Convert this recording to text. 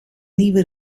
nieuwe